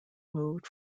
moved